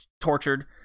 Tortured